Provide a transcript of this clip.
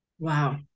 Wow